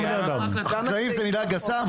חקלאים זו מילה גסה?